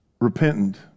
repentant